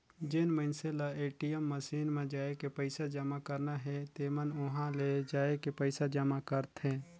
जेन मइनसे ल ए.टी.एम मसीन म जायके पइसा जमा करना हे तेमन उंहा ले जायके पइसा जमा करथे